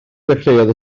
ddechreuodd